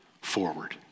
forward